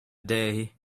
day